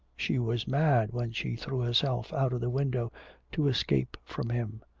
she was mad when she threw herself out of the window to escape from him.